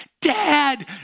dad